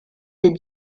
des